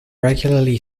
regularly